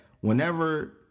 whenever